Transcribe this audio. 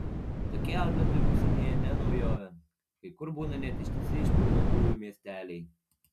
tokie autletai užsienyje ne naujovė kai kur būna net ištisi išparduotuvių miesteliai